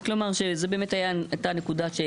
רק לומר שזו באמת הייתה הנקודה.